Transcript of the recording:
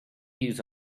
use